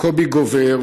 קובי גובר,